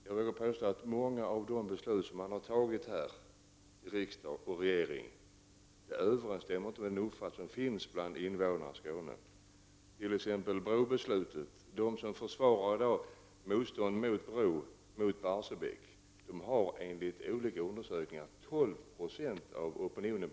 Jag vill påstå att många av de beslut som har fattats av riksdagen och regeringen inte överensstämmer med den uppfattning som invånarna i Skåne har. Det gäller t.ex. brobeslutet. De som i dag är motståndare till en bro eller när det gäller Barsebäck utgör enligt olika undersökningar 12 26 av opinionen.